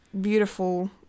beautiful